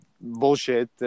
bullshit